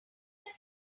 that